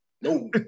No